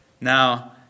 Now